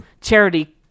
charity